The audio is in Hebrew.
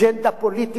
באותו נושא.